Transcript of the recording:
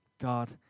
God